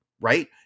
right